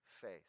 faith